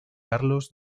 carlos